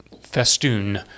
festoon